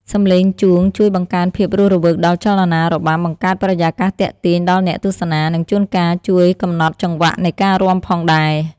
សំឡេងជួងជួយបង្កើនភាពរស់រវើកដល់ចលនារបាំ បង្កើតបរិយាកាសទាក់ទាញដល់អ្នកទស្សនា និងជួនកាលជួយកំណត់ចង្វាក់នៃការរាំផងដែរ។